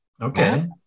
Okay